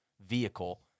vehicle